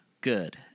good